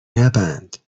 نبند